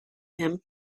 him